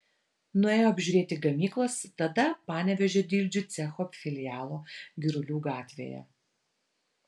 nuėjo apžiūrėti gamyklos tada panevėžio dildžių cecho filialo girulių gatvėje